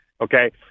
Okay